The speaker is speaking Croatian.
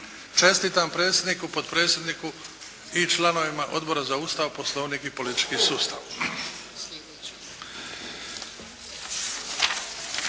Čestitam predsjedniku, potpredsjedniku i članovima Odbora za Ustav, poslovnik i politički sustav.